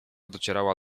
docierała